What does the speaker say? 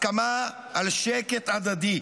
הסכמה על שקט הדדי.